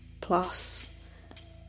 Plus